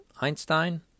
Einstein